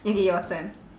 okay your turn